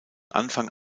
anfang